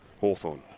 Hawthorne